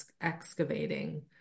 excavating